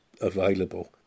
available